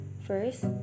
First